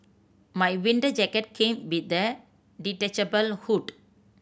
my winter jacket came with a detachable hood